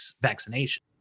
vaccination